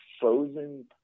frozen